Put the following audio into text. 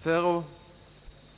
För att